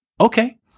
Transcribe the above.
Okay